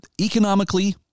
economically